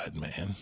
man